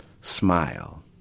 smile